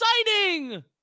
exciting